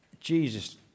Jesus